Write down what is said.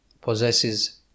possesses